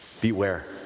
Beware